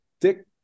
Dick